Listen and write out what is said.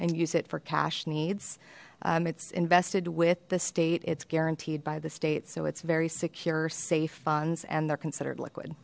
and use it for cash needs its invested with the state it's guaranteed by the state so it's very secure safe funds and they're considered liquid